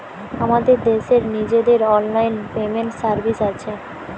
আমাদের দেশের নিজেদের অনলাইন পেমেন্ট সার্ভিস আছে